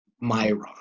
Myron